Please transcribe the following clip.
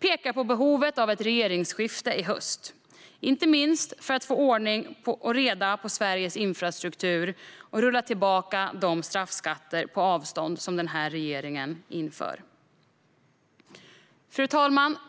pekar på behovet av ett regeringsskifte i höst, inte minst för att få ordning och reda på Sveriges infrastruktur och rulla tillbaka de straffskatter på avstånd som denna regering inför. Fru talman!